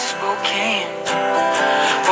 Spokane